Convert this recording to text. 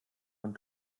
man